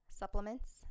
supplements